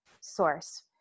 source